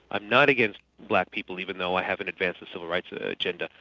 i'm not against black people even though i haven't advanced a civil rights ah agenda'.